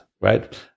right